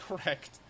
correct